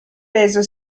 peso